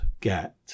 get